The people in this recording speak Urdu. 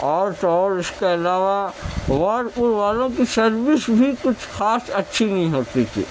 اور تو اور اس کے علاوہ ورلفول والوں کی سروس بھی کچھ خاص اچھی نہیں ہوتی تھی